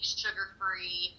sugar-free